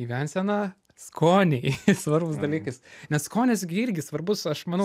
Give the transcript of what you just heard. gyvensena skoniai svarbus dalykas nes skonis gi irgi svarbus aš manau